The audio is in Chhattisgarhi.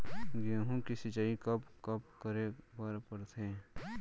गेहूँ के सिंचाई कब कब करे बर पड़थे?